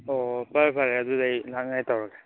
ꯑꯣ ꯐꯔꯦ ꯐꯔꯦ ꯑꯗꯨꯗꯤ ꯑꯩ ꯂꯥꯛꯅꯉꯥꯏ ꯇꯧꯔꯒꯦ